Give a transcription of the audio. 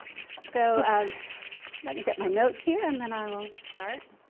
so let me get my notes here and then i will start.